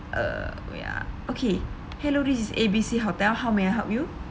uh ya okay hello this is A B C hotel how may I help you